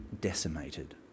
decimated